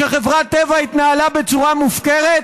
שחברת טבע התנהלה בצורה מופקרת?